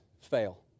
fail